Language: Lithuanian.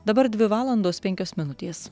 dabar dvi valandos penkios minutės